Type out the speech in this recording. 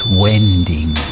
wending